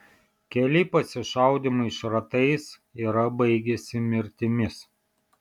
keli pasišaudymai šratais yra baigęsi mirtimis